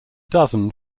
dozen